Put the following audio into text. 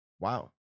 Wow